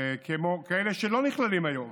וגם כאלה שלא נכללים היום,